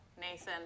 Nathan